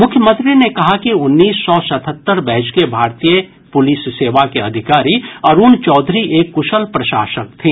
मुख्यमंत्री ने कहा कि उन्नीस सौ सतहत्तर बैच के भारतीय पुलिस सेवा के अधिकारी अरुण चौधरी एक कुशल प्रशासक थे